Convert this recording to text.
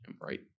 Right